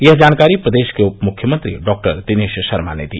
यह जानकारी प्रदेश के उप मुख्यमंत्री डॉक्टर दिनेश शर्मा ने दी